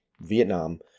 Vietnam